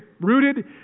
Rooted